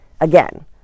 again